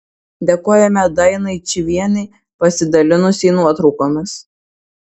dėkojame dainai čyvienei pasidalinusiai nuotraukomis